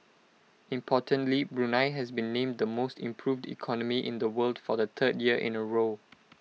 importantly Brunei has been named the most improved economy in the world for the third year in A row